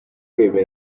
icyenda